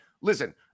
listen